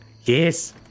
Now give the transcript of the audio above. yes